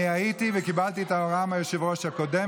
אני הייתי וקיבלתי את ההוראה מהיושב-ראש הקודם,